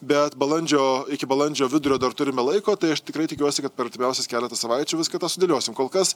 bet balandžio iki balandžio vidurio dar turime laiko tai aš tikrai tikiuosi kad per artimiausias keletą savaičių viską tą sudėliosim kol kas